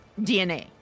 DNA